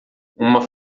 uma